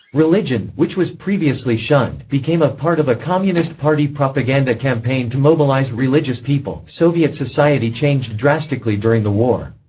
religion, which was previously shunned, became a part of a communist party propaganda campaign to mobilize religious people soviet society changed drastically during the war.